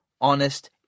honest